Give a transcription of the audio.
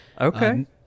Okay